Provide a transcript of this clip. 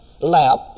lap